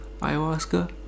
ayahuasca